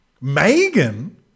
Megan